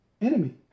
enemy